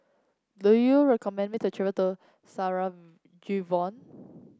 do you recommend me to travel to Sarajevo